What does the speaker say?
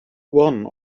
one